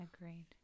agreed